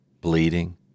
bleeding